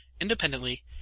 independently